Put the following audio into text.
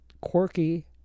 quirky